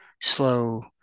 slow